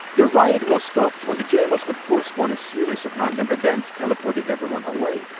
the riot was stopped when the jmods would force-spawn a series of random events, teleporting everyone away.